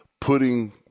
putting